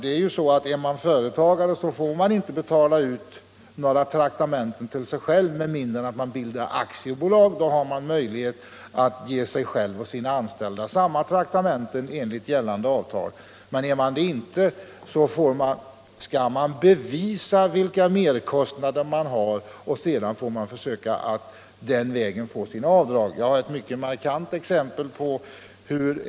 En företagare får inte betala ut traktamenten till sig själv med mindre än att han bildat aktiebolag. Då kan han ge sig själv samma traktamenten som de anställda får enligt gällande avtal. Bildar man inte aktiebolag, skall man bevisa vilka merkostnader man har och på så sätt få avdrag. Jag känner till ett mycket flagrant exempel på detta.